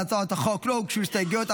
להצעת החוק לא הוגשו הסתייגויות,